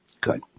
Good